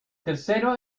tercero